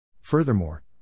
Furthermore